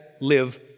live